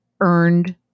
earned